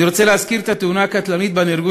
אני רוצה להזכיר את התאונה הקטלנית שבה נהרגו